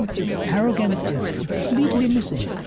this arrogance is completely missing.